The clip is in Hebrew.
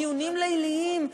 דיונים ליליים,